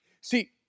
See